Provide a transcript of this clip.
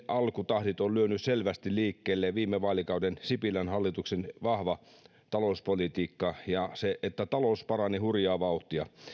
alkutahdit on lyönyt selvästi liikkeelle viime vaalikauden sipilän hallituksen vahva talouspolitiikka ja se että talous parani hurjaa vauhtia